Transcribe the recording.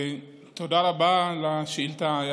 תודה רבה על השאילתה.